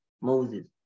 Moses